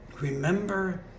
remember